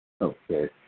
Okay